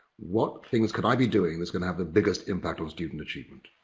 what things can i be doing that's gonna have the biggest impact on student achievement.